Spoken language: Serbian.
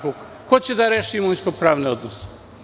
Ko će da reši imovinsko-pravne odnose?